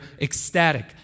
ecstatic